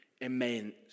immense